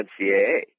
NCAA